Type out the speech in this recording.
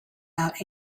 out